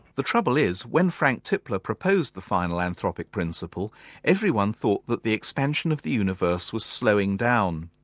the trouble is when frank tipler proposed the final anthropic principle everyone thought that the expansion of the universe was slowing down.